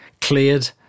cleared